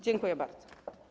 Dziękuję bardzo.